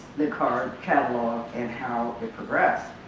the card catalog and how we progress.